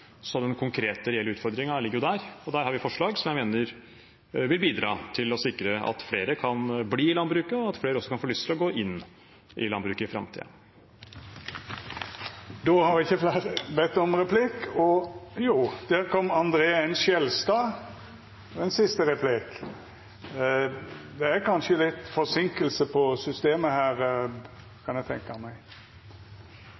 den nåværende landbrukspolitikken. Den konkrete, reelle utfordringen ligger der. Der har vi forslag som jeg mener vil bidra til å sikre at flere kan bli i landbruket, og at flere også kan få lyst til å gå inn i landbruket i